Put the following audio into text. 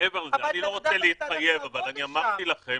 ואני לא רוצה להתחייב אבל אמרתי לכם